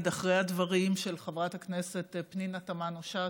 אחרי הדברים של חברת הכנסת פנינה תמנו-שטה,